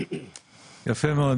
יפה מאוד.